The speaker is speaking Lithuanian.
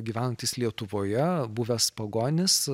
gyvenantis lietuvoje buvęs pagonis